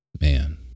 Man